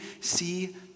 see